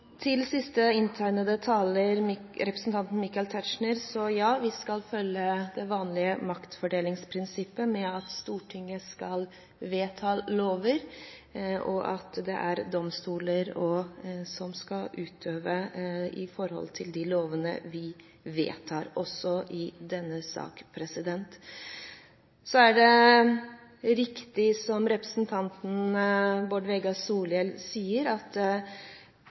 Til siste taler, representanten Michael Tetzschner: Ja, vi skal følge det vanlige maktfordelingsprinsippet med at Stortinget skal vedta lover, og at det er domstoler som skal utøve de lovene vi vedtar, også i denne saken. Så er det riktig som representanten Bård Vegar Solhjell sier, at